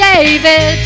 David